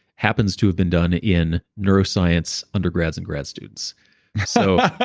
happens to been done in neuroscience undergrad and grad students so